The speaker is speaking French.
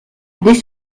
des